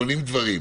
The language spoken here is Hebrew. בונים דברים,